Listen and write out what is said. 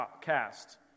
cast